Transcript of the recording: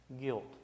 Guilt